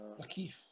Lakeith